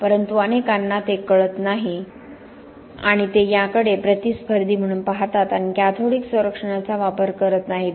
परंतु अनेकांना ते कळत नाही आणि ते याकडे प्रतिस्पर्धी म्हणून पाहतात आणि कॅथोडिक संरक्षणाचा वापर करत नाहीत